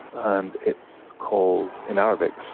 and it's called, in arabic,